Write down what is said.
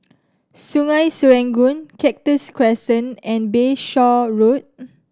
Sungei Serangoon Cactus Crescent and Bayshore Road